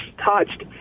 touched